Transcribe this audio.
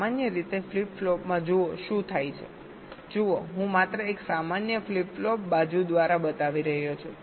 સામાન્ય રીતે flip flop માં જુઓ શું થાય છેજુઓ હું માત્ર એક સામાન્ય ફ્લિપ ફ્લોપ બાજુ દ્વારા બતાવી રહ્યો છું